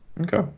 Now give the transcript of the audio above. Okay